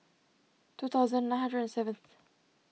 two thousand nine hundred seventh